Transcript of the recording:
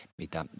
mitä